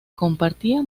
compartía